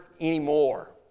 anymore